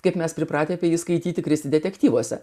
kaip mes pripratę apie jį skaityti kristi detektyvuose